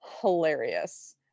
hilarious